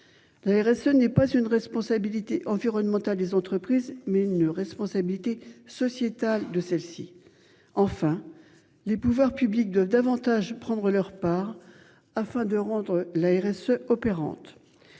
Et ce n'est pas une responsabilité environnementale des entreprises mais une responsabilité sociétale de celle-ci. Enfin, les pouvoirs publics doivent davantage prendre leur part afin de rendre la RSE opérante.